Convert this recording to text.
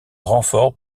renfort